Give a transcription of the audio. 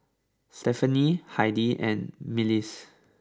Stefani Heidy and Milas